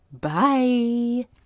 bye